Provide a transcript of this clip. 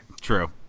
True